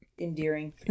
endearing